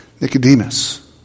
Nicodemus